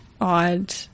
odd